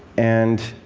and,